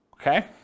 Okay